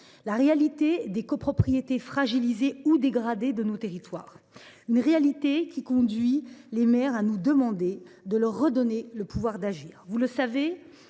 la réalité des copropriétés fragilisées ou dégradées de nos territoires. Une réalité qui conduit les maires à nous demander de leur redonner le pouvoir d’agir. Vous le savez,